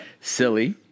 silly